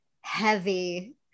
heavy